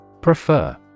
Prefer